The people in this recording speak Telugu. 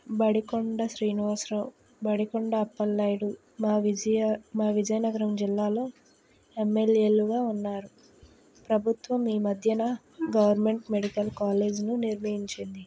బడికొండ శ్రీనివాసరావ్ బడికొండ అప్పలనాయుడు మా విజయ మా విజయనగరం జిల్లాలో ఎంఎల్ఏలుగా ఉన్నారు ప్రభుత్వం మీ మధ్యన గవర్నమెంట్ మెడికల్ కాలేజ్ను నిర్మించింది